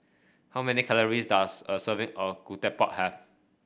how many calories does a serving of ketupat have